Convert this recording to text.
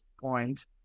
point